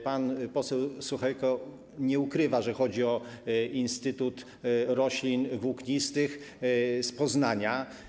Pan poseł Sachajko nie ukrywa, że chodzi o instytut roślin włóknistych z Poznania.